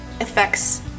affects